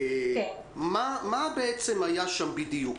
מה בעצם היה שם בדיוק?